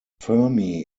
fermi